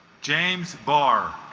james barr